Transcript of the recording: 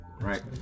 right